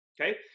okay